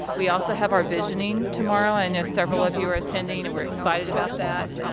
we also have our visioning tomorrow. i know several of you are attending and we're excited about that.